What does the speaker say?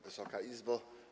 Wysoka Izbo!